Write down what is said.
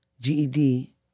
GED